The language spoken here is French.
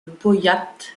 powiat